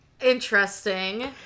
interesting